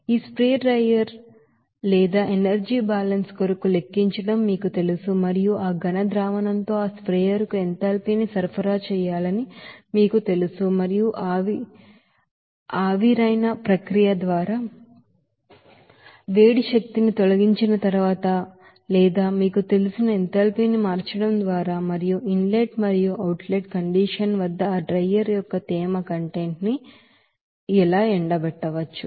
ఈ spray dryer లేదా energy balance కొరకు లెక్కించడం మీకు తెలుసు మరియు ఆ సాలిడ్ సొల్యూషన్ తో ఆ స్ప్రేయర్ కు ఎంథాల్పీ ని సరఫరా చేయాలని మీకు తెలుసు మరియు అవపోరాశిన్ ప్రక్రియ ద్వారా హీట్ ఎనర్జీని తొలగించిన తరువాత లేదా మీకు తెలిసిన ఎంథాల్పీ ని మార్చడం ద్వారా మరియు ఇన్ లెట్ మరియు అవుట్ లెట్ కండిషన్ వద్ద ఆ డ్రైయర్ యొక్క తేమ కంటెంట్ ని ఎలా ఎండబెట్టవచ్చు